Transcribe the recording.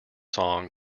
song